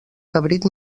cabrit